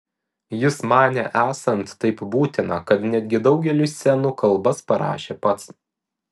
jis manė esant taip būtina kad netgi daugeliui scenų kalbas parašė pats